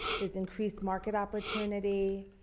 this increased market opportunity,